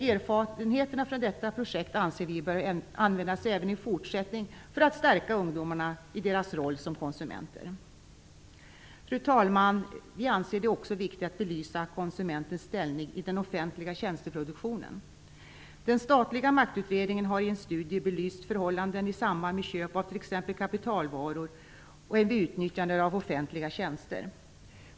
Erfarenheterna från detta projekt bör användas även i fortsättningen för att stärka ungdomarna i deras roll som konsumenter. Fru talman! Vi anser det också viktigt att belysa konsumentens ställning i den offentliga tjänsteproduktionen. Den statliga maktutredningen har i en studie belyst förhållanden i samband med köp av t.ex. kapitalvaror och vid utnyttjandet av offentliga tjänster.